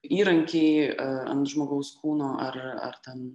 įrankiai ant žmogaus kūno ar ar ten